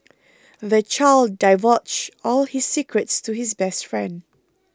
the child divulged all his secrets to his best friend